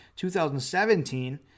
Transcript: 2017